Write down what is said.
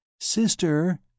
Sister